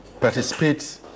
participate